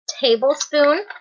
tablespoon